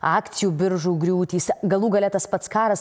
akcijų biržų griūtys galų gale tas pats karas